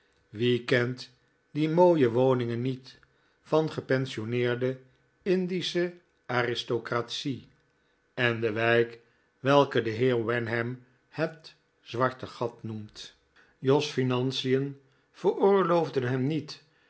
wie kent die mooie woningen niet van de gepensionneerde indische aristocratie en de wijk welke de heer wenham het zwarte gat noemt jos financien veroorloofden hem niet